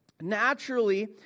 naturally